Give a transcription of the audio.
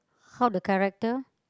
how the character